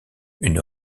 une